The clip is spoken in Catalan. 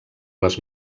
les